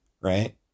right